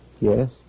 Yes